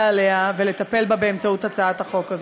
עליה ולטפל בה באמצעות הצעת החוק הזאת.